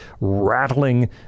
rattling